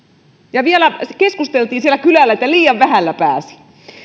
ja vielä keskusteltiin siellä kylällä että liian vähällä pääsi